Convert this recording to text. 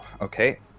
okay